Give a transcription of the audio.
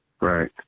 Right